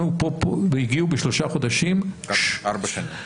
ופה הגיעו בשלושה חודשים ארבע שנים.